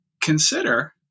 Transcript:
consider